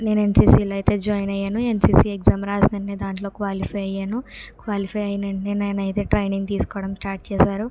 నేను ఎన్సిసిలో అయితే జాయిన్ అయ్యాను ఎన్సిసి ఎక్జామ్ రాసిన దాంట్లో క్వాలిఫై అయ్యాను క్వాలిఫై అయిన వెంటనే నేనైతే ట్రైనింగ్ తీసుకోవడం స్టార్ట్ చేశారు